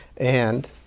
and